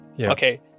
Okay